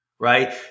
Right